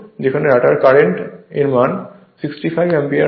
যেখানে rotor current এর মান 65 অ্যাম্পিয়ার হয়